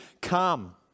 come